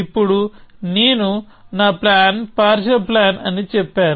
ఇప్పుడు నేను నా ప్లాన్ పార్షియల్ ప్లాన్ అని చెప్పాను